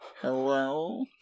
Hello